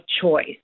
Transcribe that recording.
choice